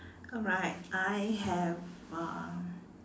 alright I have uh